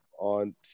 On